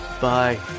Bye